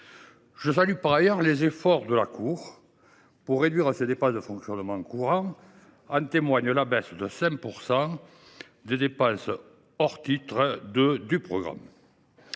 Je salue par ailleurs les efforts de la Cour pour réduire ses dépenses de fonctionnement courant, comme en témoigne la baisse de 5 % des dépenses hors titre 2 du programme.